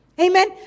Amen